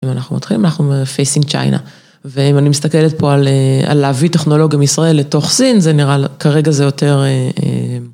אם אנחנו מתחילים, אנחנו פייסינג צ'יינה, ואם אני מסתכלת פה על להביא טכנולוגיה מישראל לתוך סין, זה נראה כרגע זה יותר.